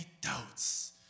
doubts